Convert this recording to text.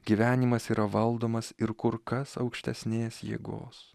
gyvenimas yra valdomas ir kur kas aukštesnės jėgos